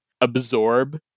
absorb